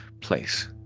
place